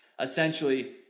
essentially